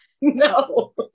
No